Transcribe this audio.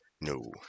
No